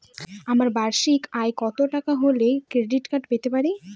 আমার বার্ষিক আয় কত টাকা হলে ক্রেডিট কার্ড পেতে পারি?